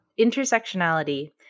Intersectionality